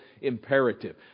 imperative